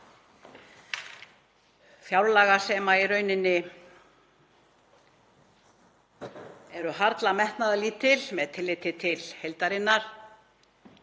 fjárlaga sem eru í rauninni harla metnaðarlítil með tilliti til heildarinnar,